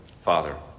Father